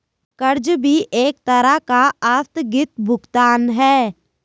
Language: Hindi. कर्ज भी एक तरह का आस्थगित भुगतान है